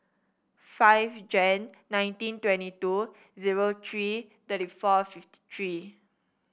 five Jan nineteen twenty two zero three thirty four fifty three